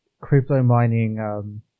crypto-mining